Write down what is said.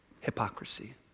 Hypocrisy